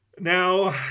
now